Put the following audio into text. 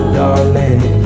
darling